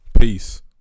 Peace